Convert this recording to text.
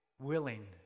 willing